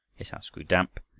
his house grew damp,